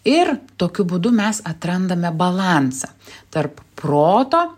ir tokiu būdu mes atrandame balansą tarp proto